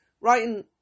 Writing